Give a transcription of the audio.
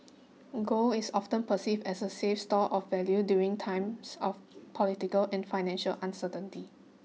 gold is often perceived as a safe store of value during times of political and financial uncertainty